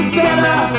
better